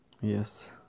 yes